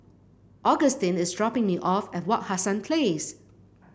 Agustin is dropping me off at Wak Hassan Place